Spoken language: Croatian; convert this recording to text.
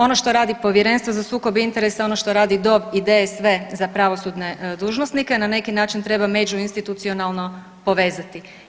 Ono što radi Povjerenstvo za sukob interesa, ono što radi … [[Govornik se ne razumije]] i DSV za pravosudne dužnosnike na neki način treba međuinstitucionalno povezati.